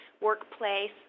workplace